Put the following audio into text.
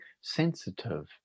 sensitive